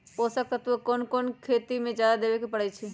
पोषक तत्व क कौन कौन खेती म जादा देवे क परईछी?